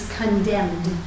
condemned